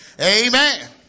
Amen